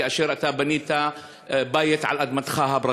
כאשר בנית בית על אדמתך הפרטית.